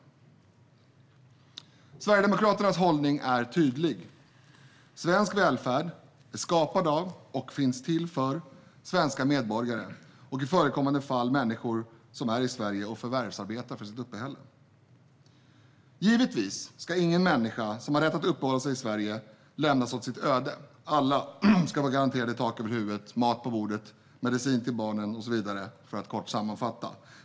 Sverigedemokraternas hållning är tydlig. Svensk välfärd är skapad av och finns till för svenska medborgare och i förekommande fall människor som är i Sverige och förvärvsarbetar för sitt uppehälle. Givetvis ska ingen människa som har rätt att uppehålla sig i Sverige lämnas åt sitt öde. Alla ska vara garanterade tak över huvudet, mat på bordet, medicin till barnen och så vidare, för att kort sammanfatta.